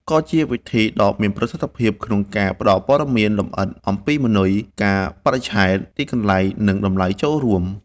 ក៏ជាវិធីដ៏មានប្រសិទ្ធភាពក្នុងការផ្តល់ព័ត៌មានលម្អិតអំពីម៉ឺនុយ កាលបរិច្ឆេទ ទីកន្លែង និងតម្លៃចូលរួម។